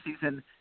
season